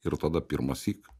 ir tada pirmąsyk